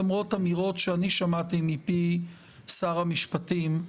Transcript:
למרות אמירות שאני שמעתי מפי שר המשפטים,